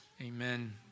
amen